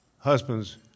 husbands